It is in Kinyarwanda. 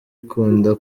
ikunda